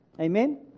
Amen